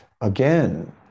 again